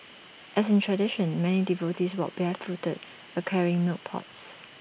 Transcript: as is tradition many devotees walked barefoot A carrying milk pots